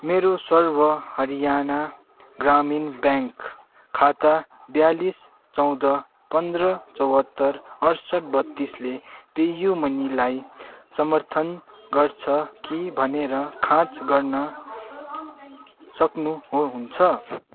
मेरो सर्व हरियाणा ग्रामीण ब्याङ्क खाता बयालिस चौध पन्ध्र चौहत्तर अठसट्ठ बत्तिसले पे यू मनीलाई समर्थन गर्छ कि भनेर जाँच गर्न सक्नु हो हुन्छ